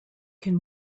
can